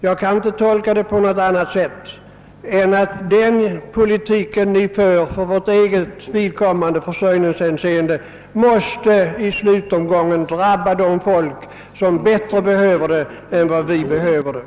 Jag kan inte tolka det på något annat sätt än att den politik som ni för Sveriges vidkommande för i försörjningshänseende i slutomgången måste drabba de folk som bättre än vi behöver ifrågavarande överskott.